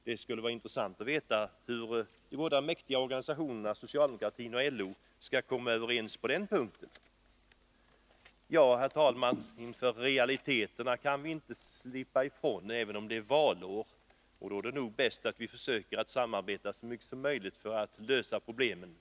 Det skulle vara intressant att veta hur dessa båda mäktiga organisationer, socialdemokratin och LO, skall komma överens på den här punkten. Herr talman! Vi kan inte slippa ifrån realiteterna, även om det är ett valår. Då är det nog bäst att försöka samarbeta så mycket som möjligt för att lösa problemen.